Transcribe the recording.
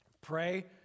Pray